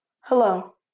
Hello